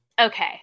okay